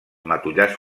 matollars